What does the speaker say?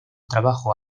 trabajo